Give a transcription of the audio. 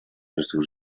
жертву